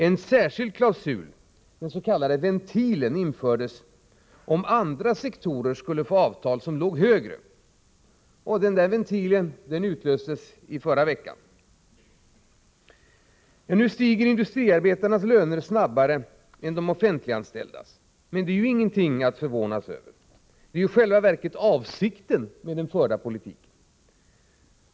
En särskild klausul, den s.k. ventilen, infördes för den händelse andra sektorer skulle få avtal som låg högre. Denna ventil utlöstes i förra veckan. Att industriarbetarnas löner nu stiger snabbare än de offentliganställdas är inget att förvånas över. Det är i själva verket avsikten med den förda politiken.